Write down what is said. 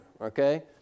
okay